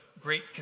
great